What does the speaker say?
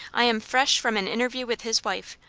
i am fresh from an interview with his wife.